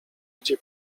gdzie